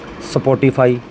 Spotify